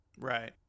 Right